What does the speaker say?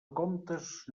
comptes